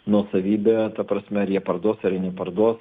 nuosavybę ta prasme ar jie parduos ar jie neparduos